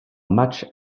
matchs